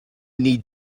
need